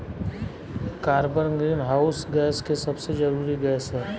carbon greenhouse gas के सबसे जरूरी गैस ह